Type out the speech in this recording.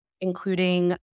including